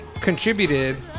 contributed